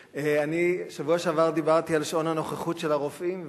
בשבוע שעבר דיברתי על שעון הנוכחות של הרופאים,